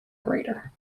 greater